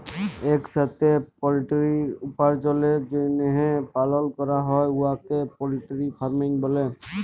ইকসাথে পলটিরি উপার্জলের জ্যনহে পালল ক্যরা হ্যয় উয়াকে পলটিরি ফার্মিং ব্যলে